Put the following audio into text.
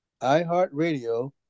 iHeartRadio